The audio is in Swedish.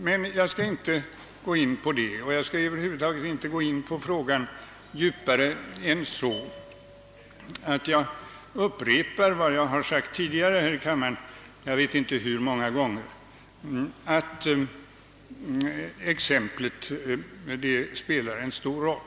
Men jag skall inte gå in på detta, och jag skall över huvud taget inte gå in på frågan djupare än så, att jag upprepar vad jag sagt tidigare här i kammaren — jag vet inte hur många gånger — nämligen att exemplet spelar en stor roll.